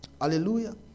Hallelujah